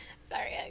Sorry